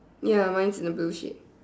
ya mine is a blue shade